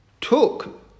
took